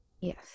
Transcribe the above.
Yes